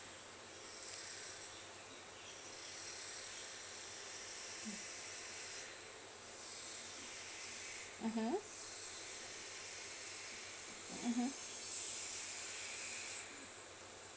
mmhmm mmhmm